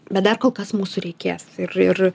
bet dar kol kas mūsų reikės ir ir